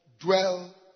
dwell